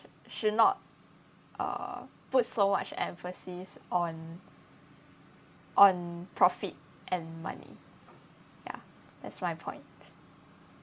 should not uh put so much emphasis on on profit and money ya that's my point